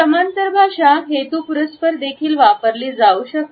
समांतर भाषा हेतुपुरस्सर देखील वापरली जाऊ शकते